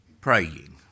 Praying